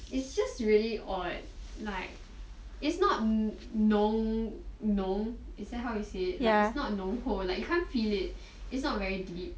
it's just really odd like it's not 浓 is that how you say it like it's not 浓厚 like you can't feel it it's not very deep